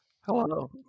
Hello